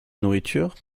nourriture